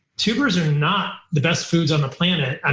tubers are not the best foods on the planet. and